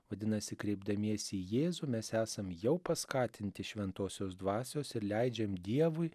vadinasi kreipdamiesi į jėzų mes esam jau paskatinti šventosios dvasios ir leidžiam dievui